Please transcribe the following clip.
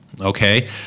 okay